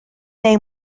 neu